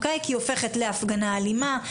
כי היא הופכת להפגנה אלימה,